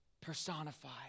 personified